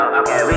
okay